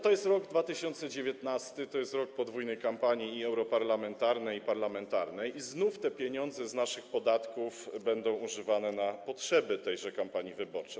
To jest rok 2019, to jest rok podwójnej kampanii, i europarlamentarnej, i parlamentarnej, i znów te pieniądze z naszych podatków będą używane na potrzeby tejże kampanii wyborczej.